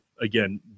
again